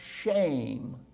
shame